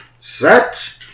set